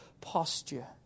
posture